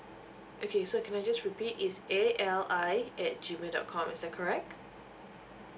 okay so can I just repeat is A L I at G mail dot com is that correct